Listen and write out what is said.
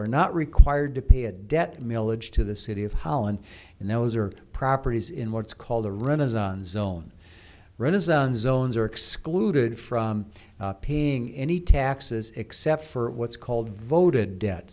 are not required to pay a debt milage to the city of holland and those are properties in what's called the renaissance zone renaissance zones are excluded from paying any taxes except for what's called voted debt